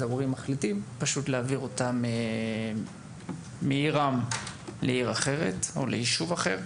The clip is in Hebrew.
ההורים מחליטים פשוט להעביר אותם מעירם לעיר אחרת או יישוב אחר.